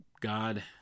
God